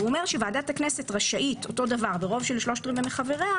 ואומר שוועדת הכנסת רשאית אותו דבר ברוב של שלושת רבעי מחבריה